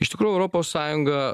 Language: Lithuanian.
iš tikrųjų europos sąjunga